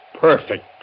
perfect